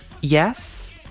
yes